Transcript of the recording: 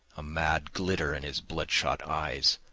a mad glitter in his blood-shot eyes.